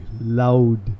loud